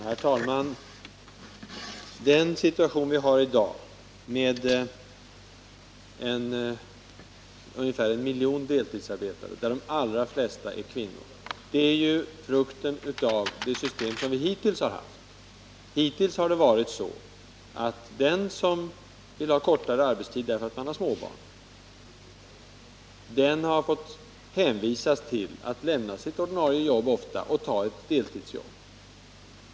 Herr talman! Dagens situation med ungefär en miljon deltidsarbetande, varav de allra flesta är kvinnor, är en frukt av det hittillsvarande systemet. Hittills har det varit så, att den som vill ha kortare arbetstid därför att han har småbarn, ofta har varit tvungen att lämna sitt ordinarie arbete för att ta ett deltidsarbete.